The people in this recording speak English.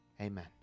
Amen